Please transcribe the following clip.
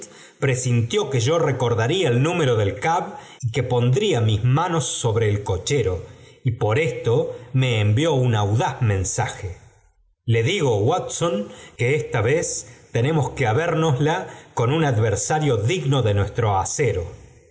presintió que yo recordaría el número del cab y que pondría mis manos sobre el cochero y por esto me envió su audaz mensaje le digo wat son que esta vez tenemos que habérnoslas con un adversario digno de nuestro acero